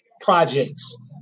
projects